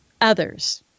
Others